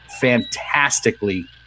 fantastically